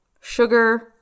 sugar